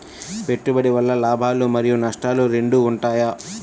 పెట్టుబడి వల్ల లాభాలు మరియు నష్టాలు రెండు ఉంటాయా?